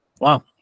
Wow